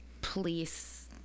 police